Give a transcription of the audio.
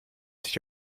sich